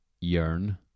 yearn